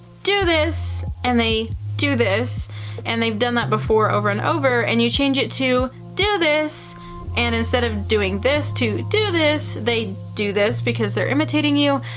do this, and they do this and they've done that before over and over and you change it to do this and instead of doing this to do this, they do this because they're imitating you,